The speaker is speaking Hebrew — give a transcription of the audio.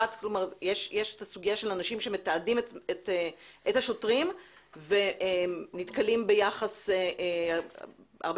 יש את הסוגיה של האנשים שמתעדים את השוטרים ונתקלים ביחס שהרבה